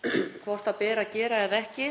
hvort það beri að gera eða ekki.